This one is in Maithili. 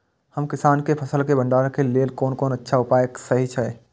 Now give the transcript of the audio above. हम किसानके फसल के भंडारण के लेल कोन कोन अच्छा उपाय सहि अछि?